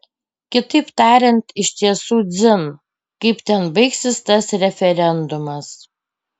kitaip tariant iš tiesų dzin kaip ten baigsis tas referendumas